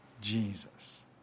Jesus